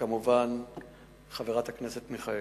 וכמובן חברת הכנסת מיכאלי.